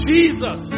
Jesus